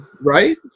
Right